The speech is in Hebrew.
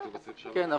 כן,